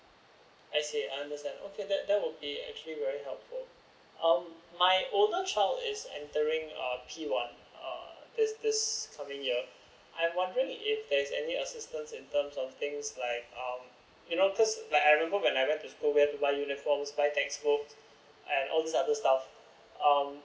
I see I understand that would actually be very helpful um my older child is entering p One uh this this coming year I'm wondering if there's any assistance in terms of things like um you know because like I remember when I went to school we have to buy uniforms buy textbook and all this other staff um